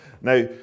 Now